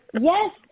Yes